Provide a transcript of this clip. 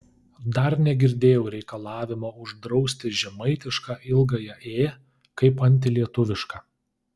dar negirdėjau reikalavimo uždrausti žemaitišką ilgąją ė kaip antilietuvišką